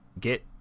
get